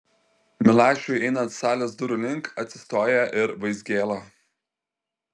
milašiui einant salės durų link atsistoja ir vaizgėla